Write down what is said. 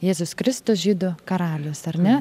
jėzus kristus žydų karalius ar ne